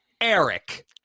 Eric